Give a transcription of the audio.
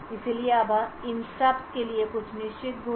इसलिए अब इन स्टब्स के लिए कुछ निश्चित गुण हैं